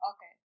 Okay